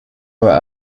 were